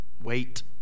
wait